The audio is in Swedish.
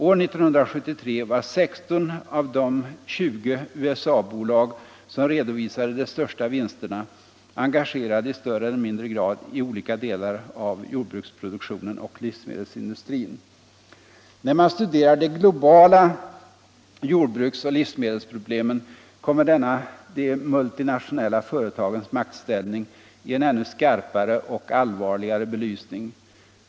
År 1973 var 16 av de 20 USA bolag, som redovisade de största vinsterna, engagerade i större eller mindre grad i olika delar av jordbruksproduktionen och livsmedelsindustrin. När man studerar de globala jordbruksoch livsmedelsproblemen kommer denna de multinationella företagens maktställning i en ännu skarpare och allvarligare belysning.